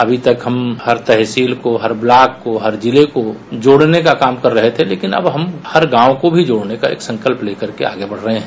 अभी तक हम हर तहसील को हर ब्लाक को हर जिले को जोड़ने का काम कर रहे थे लेकिन अब हम हर गांव को भी जोड़ने का एक संकल्प लेकर के आगे बढ़ रहे है